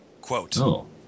Quote